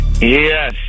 Yes